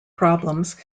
problems